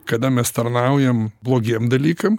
kada mes tarnaujam blogiem dalykam